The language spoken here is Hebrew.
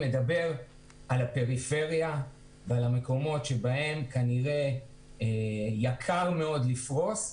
מדבר על הפריפריה ועל המקומות בהם כנראה יקר מאוד לפרוס,